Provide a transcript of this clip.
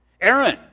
Aaron